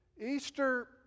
Easter